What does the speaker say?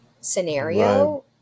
scenario